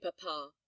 papa